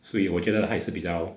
所以我觉得还是比较